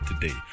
today